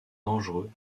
dangereux